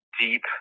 deep